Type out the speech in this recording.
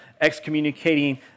excommunicating